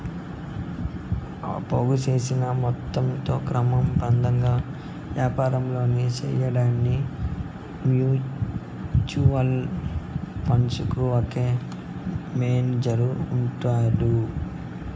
పోగు సేసిన మొత్తంలో క్రమబద్ధంగా యాపారం సేయడాన్కి మ్యూచువల్ ఫండుకు ఒక మేనేజరు ఉంటాడు